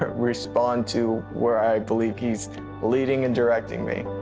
respond to where i believe he is leading and directing me.